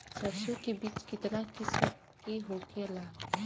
सरसो के बिज कितना किस्म के होखे ला?